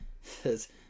says